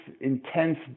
intense